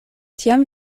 tiam